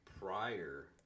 prior